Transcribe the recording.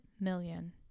Million